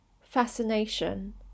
fascination